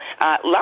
Lots